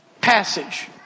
passage